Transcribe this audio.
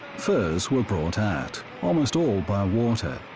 furs were brought out, almost all by water.